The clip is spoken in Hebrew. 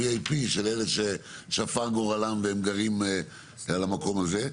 של אלה ששפר גורלם והם גרים על המקום הזה.